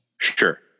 Sure